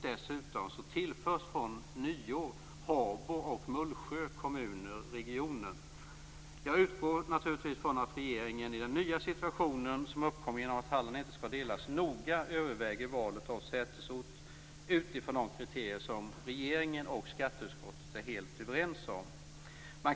Dessutom förs från nyåret Habo och Mullsjö kommuner till regionen. Jag utgår naturligtvis från att regeringen i den nya situation som uppkommer genom att Halland inte skall delas noga överväger valet av sätesort utifrån de kriterier som regeringen och skatteutskottet är helt överens om.